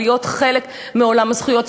ולהיות חלק מעולם הזכויות,